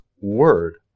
word